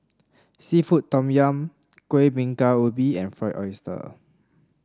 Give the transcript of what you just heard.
seafood Tom Yum Kueh Bingka Ubi and Fried Oyster